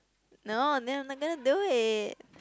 no then I not gonna do it